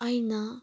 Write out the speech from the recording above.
ꯑꯩꯅ